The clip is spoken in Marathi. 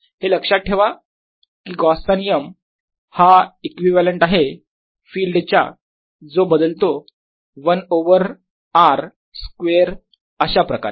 हे लक्षात ठेवा की गॉसचा नियम Gausss law हा इक्विव्हॅलेंट आहे फिल्ड च्या जो बदलतो 1 ओवर r स्क्वेअर अशाप्रकारे